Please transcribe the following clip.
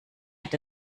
hat